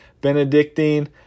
Benedictine